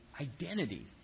identity